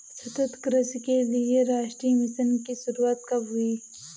सतत कृषि के लिए राष्ट्रीय मिशन की शुरुआत कब हुई?